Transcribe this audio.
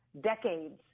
decades